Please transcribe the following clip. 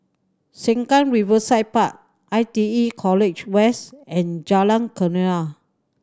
Sengkang Riverside Park I T E College West and Jalan Kenarah